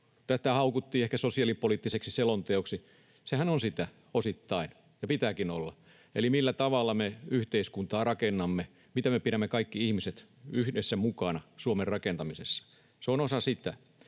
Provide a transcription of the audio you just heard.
Tätä haukuttiin ehkä sosiaalipoliittiseksi selonteoksi. Sehän on sitä osittain, ja pitääkin olla, eli millä tavalla me yhteiskuntaa rakennamme, miten me pidämme kaikki ihmiset yhdessä mukana Suomen rakentamisessa, se on osa sitä.